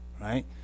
right